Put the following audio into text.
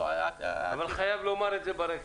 אבל חייבים לומר את זה ברקע.